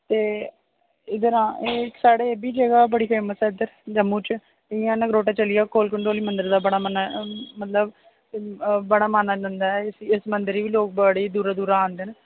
ते इद्धर हां साढ़ै इब्बी जगह बड़ी फेमस ऐ इद्धर जम्मू च जि'यां नगरोटे चली जाओ कोल कंडोली मंदिर बड़ा मन मतलब बड़ा माना जंदा ऐ इस मंदिर गी बी लोग बड़ी दूरा दूरा औंदे न